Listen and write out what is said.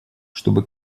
чтобы